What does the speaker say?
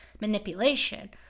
manipulation